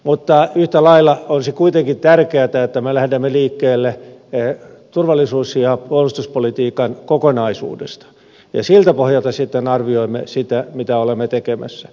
mutta yhtä lailla olisi kuitenkin tärkeätä että me lähdemme liikkeelle turvallisuus ja puolustuspolitiikan kokonaisuudesta ja siltä pohjalta sitten arvioimme sitä mitä olemme tekemässä